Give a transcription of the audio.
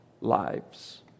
lives